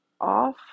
off